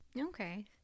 okay